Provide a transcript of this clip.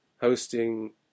hosting